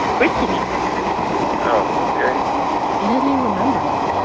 brittany oh, ok he doesn't even remember it